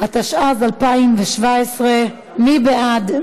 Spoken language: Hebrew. ההוצאה לפועל), התשע"ז 2017. מי בעד?